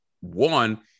One